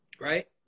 Right